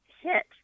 hit